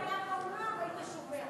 אם הוא היה, היית שומע אותו.